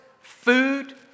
food